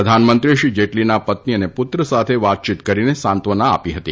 પ્રધાનમંત્રીએ શ્રી જેટલીના પત્ની અને પુત્ર સાથે વાતયીત કરીને સાંત્વના આપી હતી